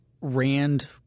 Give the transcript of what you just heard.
Rand